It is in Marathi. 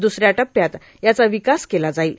द्सऱ्या टप्प्यात याचा विकास केला जाईल